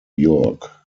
york